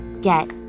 get